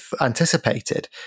anticipated